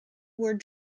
were